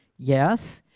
yes,